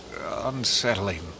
unsettling